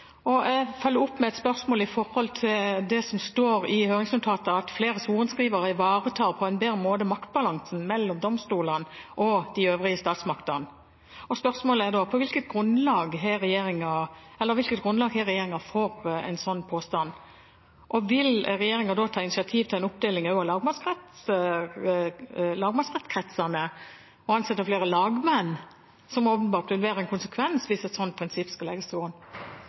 Jeg vil følge opp med et spørsmål om noe som står i høringsnotatet: «Flere sorenskrivere ivaretar på en bedre måte maktbalansen mellom domstolene og de øvrige statsmaktene.» Spørsmålet er da: Hvilket grunnlag har regjeringen for en slik påstand? Vil regjeringen da ta initiativ til en oppdeling også av lagmannsrettskretsene og ansette flere lagmenn, som åpenbart vil være en konsekvens hvis et slikt prinsipp skal legges til grunn?